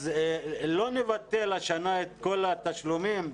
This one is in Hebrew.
אז לא נבטל השנה את כל התשלומים,